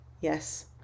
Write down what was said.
yes